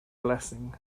blessing